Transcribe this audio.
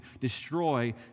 destroy